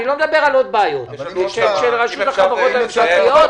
אני לא מדבר על עוד בעיות של רשות החברות הממשלתית.